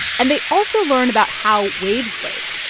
and they also learn about how waves break.